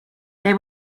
they